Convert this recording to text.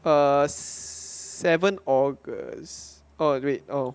err seven august oh great oh